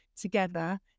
together